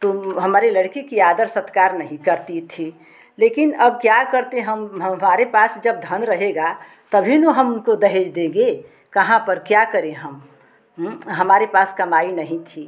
तुम हमारे लड़के की आदर सत्कार नहीं करती थी लेकिन अब क्या करते हम हमारे पास जब धन रहेगा तभी न हम उनको दहेज देंगे कहाँ पर क्या करे हम हमारे पास कमाई नहीं थी